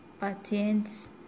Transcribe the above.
patience